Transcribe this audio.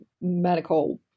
medical